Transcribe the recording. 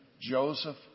Joseph